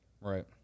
Right